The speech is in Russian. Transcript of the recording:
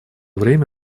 время